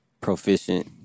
proficient